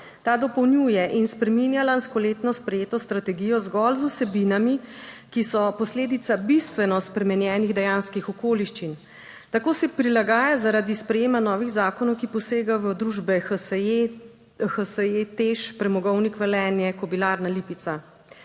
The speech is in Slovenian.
Ta dopolnjuje in spreminja lanskoletno sprejeto strategijo zgolj z vsebinami, ki so posledica bistveno spremenjenih dejanskih okoliščin. Tako se prilagaja zaradi sprejema novih zakonov, ki posegajo v družbe HSE..., HSE, TEŠ, Premogovnik Velenje, Kobilarna Lipica.